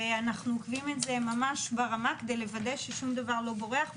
ואנחנו עוקבים אחרי זה ממש ברמה כדי לוודא ששום דבר לא בורח.